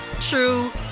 true